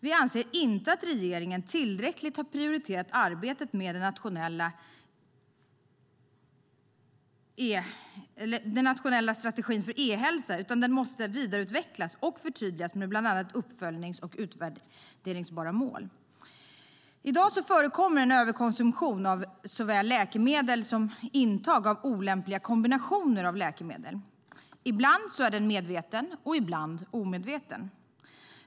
Vi anser inte att regeringen tillräckligt har prioriterat arbetet med den nationella strategin för e-hälsa, utan den måste vidareutvecklas och förtydligas med bland annat uppföljning och mål som är utvärderbara. I dag förekommer en överkonsumtion av såväl läkemedel som intag av olämpliga kombinationer av läkemedel. Ibland är den medveten, ibland omedveten.